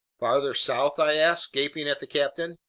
farther south? i asked, gaping at the captain.